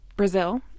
Brazil